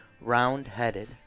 round-headed